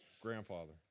grandfather